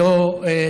היא לא תענה.